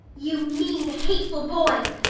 you mean, hateful boy!